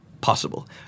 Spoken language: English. possible